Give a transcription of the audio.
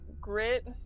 grit